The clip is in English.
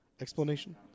explanation